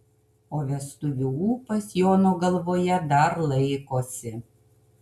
o vestuvių ūpas jono galvoje dar laikosi